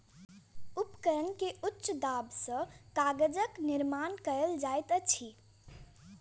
उपकरण के उच्च दाब सॅ कागजक निर्माण कयल जाइत अछि